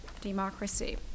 democracy